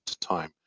time